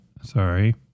Sorry